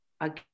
again